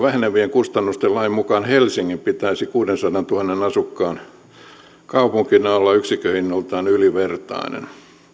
vähenevien kustannusten lain mukaan helsingin pitäisi kuuteensataantuhanteen asukkaan kaupunkina olla yksikköhinnoiltaan ylivertainen